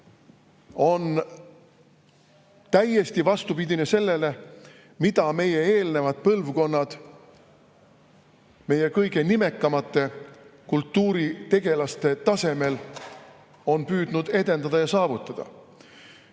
on täiesti vastupidine sellele, mida eelnevad põlvkonnad on meie kõige nimekamate kultuuritegelaste tasemel püüdnud edendada ja saavutada.